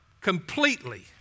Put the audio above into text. completely